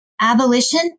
Abolition